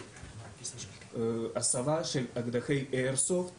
זו הסבה של אקדחי איירסופט